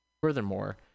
Furthermore